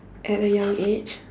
at a young age